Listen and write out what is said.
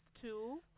two